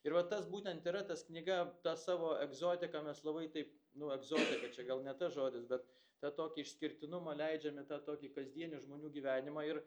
ir va tas būtent yra tas knyga ta savo egzotika mes labai taip nu egzotika čia gal ne tas žodis bet tą tokį išskirtinumą leidžiam į tą tokį kasdienį žmonių gyvenimą ir